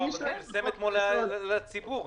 הוא פרסם אתמול לציבור.